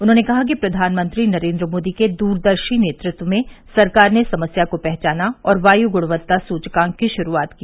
उन्होंने कहा कि प्रधानमंत्री नरेंद्र मोदी के दूरदर्शी नेतृत्व में सरकार ने समस्या को पहचाना और वायु गुणवत्ता सूचकांक की शुरूआत की